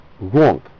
wrong